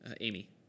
Amy